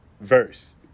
verse